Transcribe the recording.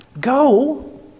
Go